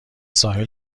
ساحل